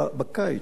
בקיץ,